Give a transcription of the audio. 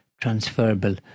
transferable